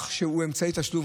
מזה שהוא אמצעי תשלום.